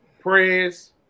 prayers